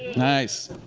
nice.